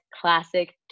classic